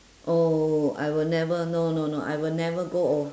oh I will never no no no I will never grow old